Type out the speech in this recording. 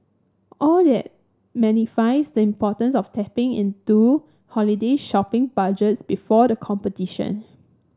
all that magnifies the importance of tapping into holiday shopping budgets before the competition